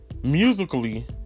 Musically